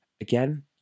again